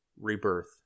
Rebirth